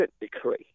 decree